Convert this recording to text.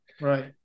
Right